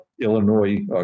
Illinois